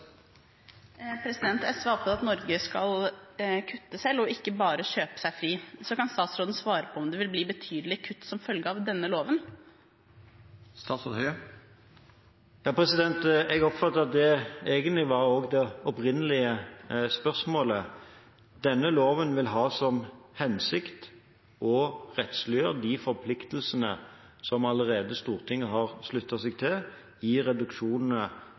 SV er opptatt av at Norge skal kutte selv og ikke bare kjøpe seg fri. Så kan statsråden svare på om det vil bli betydelige kutt som følge av denne loven? Jeg oppfatter at det egentlig var det opprinnelige spørsmålet også. Denne loven vil ha som hensikt å rettsliggjøre de forpliktelsene som Stortinget allerede har sluttet seg til i reduksjonene